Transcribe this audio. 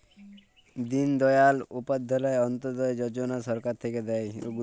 দিন দয়াল উপাধ্যায় অন্ত্যোদয় যজনা সরকার থাক্যে দেয়